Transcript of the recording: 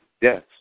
Yes